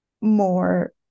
more